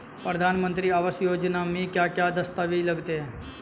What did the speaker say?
प्रधानमंत्री आवास योजना में क्या क्या दस्तावेज लगते हैं?